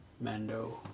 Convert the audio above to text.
Mando